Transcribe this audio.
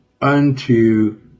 unto